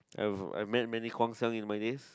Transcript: I I met many Guang-Xiang in my days